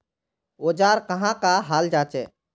औजार कहाँ का हाल जांचें?